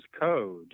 code